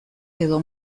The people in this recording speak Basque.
edo